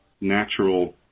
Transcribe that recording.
natural